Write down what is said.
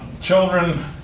Children